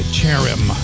Cherim